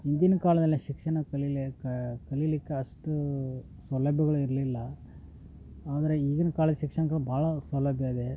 ಹಿಂದಿನ ಕಾಲದಲ್ಲಿ ಶಿಕ್ಷಣ ಕಲಿಲಿಕ್ಕೆ ಕಲಿಲಿಕ್ಕೆ ಅಷ್ಟೂ ಸೌಲಭ್ಯಗಳು ಇರಲಿಲ್ಲ ಆದರೆ ಈಗಿನ ಕಾಲದ ಶಿಕ್ಷಣಕ್ಕೆ ಭಾಳ ಸೌಲಭ್ಯ ಇದೆ